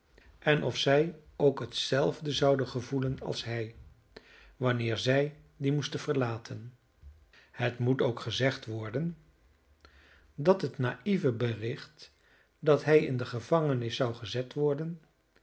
en of zij ook hetzelfde zouden gevoelen als hij wanneer zij die moesten verlaten het moet ook gezegd worden dat het naïeve bericht dat hij in de gevangenis zou gezet worden